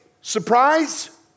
surprise